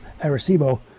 Arecibo